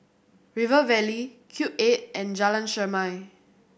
River Valley Cube Eight and Jalan Chermai